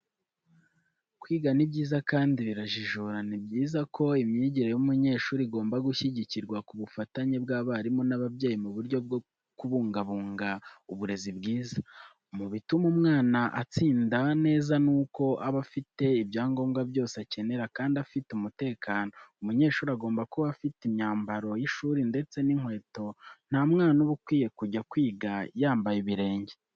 Kwiga ni byiza kandi birajijura, ni byiza ko imyigire y'umunyeshuri igomba gushyigikirwa ku bufatanye bw'abarimu n'ababyeyi mu buryo bwo kubungabunga uburezi bwiza. Mu bituma umwana atsinda neza nuko aba afite ibyangombwa byose akenera kandi afite umutekano, umunyeshuri agomba kuba afite imyambaro y'ishuri ndetse n'inkweto nta mwana uba ukwiye kujya kwiga yambaye ibirenge.